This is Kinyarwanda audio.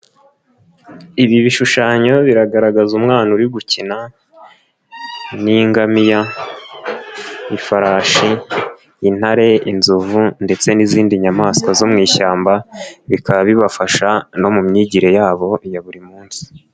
Ibi bishushanyo biragaragaza umwana uri gukina n'ingamiya, ifarashi, intare, inzovu ndetse n'izindi nyamaswa zo mu ishyamba bikaba bibafasha no mu myigire yabo ya buri munsi.